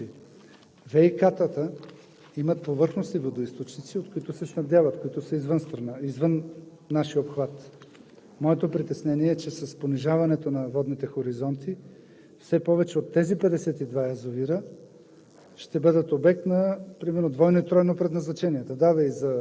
Един от тях даже ще отпадне, защото изобщо не изпълнява тези функции. ВиК-тата имат повърхностни водоизточници, от които се снабдяват, които са извън нашия обхват. Моето притеснение е, че с понижаването на водните хоризонти все повече от тези 52 язовира